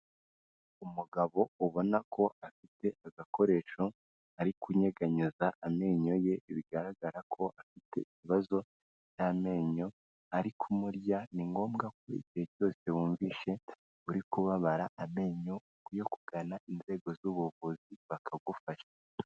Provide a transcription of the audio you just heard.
Umugabo ubona ko afite agakoresho, ari kunyeganyeza amenyo ye, bigaragara ko afite ibibazo by'amenyo ari kumurya, ni ngombwa ko igihe cyose wumvise uri kubabara amenyo ukwiye kugana inzego z'ubuvuzi bakagufasha.